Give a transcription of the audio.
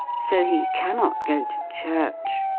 so he cannot go to church.